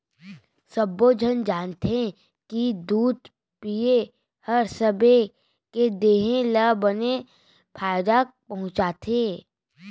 सब्बो झन जानथें कि दूद पिए हर सबे के देह ल बने फायदा पहुँचाथे